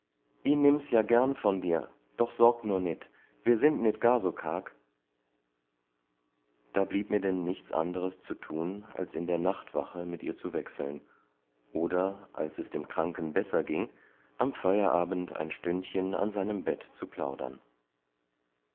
i nimm's ja gern von dir doch sorg nur nit wir sind nit gar so karg da blieb mir denn nichts anderes zu tun als in der nachtwache mit ihr zu wechseln oder als es dem kranken besser ging am feierabend ein stündchen an seinem bett zu plaudern